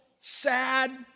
sad